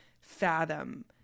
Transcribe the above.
fathom